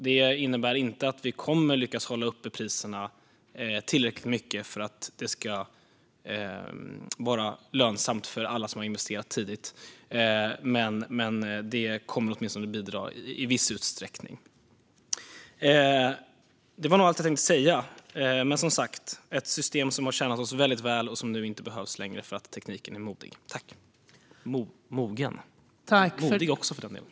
Det innebär inte att vi kommer att lyckas hålla uppe priserna tillräckligt mycket för att det ska vara lönsamt för alla som har investerat tidigt, men det kommer åtminstone att bidra i viss utsträckning. Systemet har tjänat oss väl men behövs inte längre eftersom tekniken är mogen och modig.